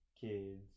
kids